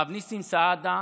הרב נסים סעדה,